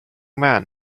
man